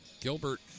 Gilbert